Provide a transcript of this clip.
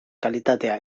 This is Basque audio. kalitatea